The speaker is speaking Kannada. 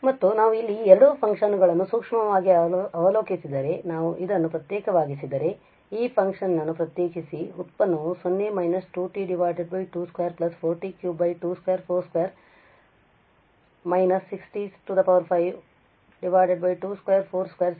ಮತ್ತು ನಾವು ಇಲ್ಲಿ ಈ ಎರಡು ಫಂಕ್ಷನ್ ಗಳನ್ನು ಸೂಕ್ಷ್ಮವಾಗಿ ಅವಲೋಕಿಸಿದರೆ ಮತ್ತು ನಾವು ಇದನ್ನು ಪ್ರತ್ಯೇಕಿಸಿದರೆ ನಾವು ಈ ಫಂಕ್ಷನ್ ನನ್ನು ಪ್ರತ್ಯೇಕಿಸಿ ಆದ್ದರಿಂದ ವ್ಯುತ್ಪನ್ನವು 0 − 2t 2 2 4t 3 2 24 2 − 6t 5 2 24 26 2 ⋯